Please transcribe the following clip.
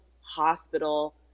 hospital